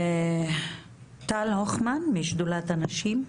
טל הוכמן, משדולת הנשים.